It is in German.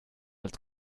als